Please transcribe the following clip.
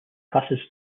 passes